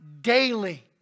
daily